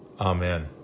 Amen